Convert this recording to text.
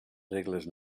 regles